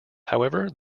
however